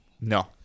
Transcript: No